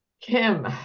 Kim